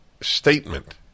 statement